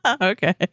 Okay